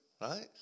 right